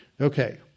Okay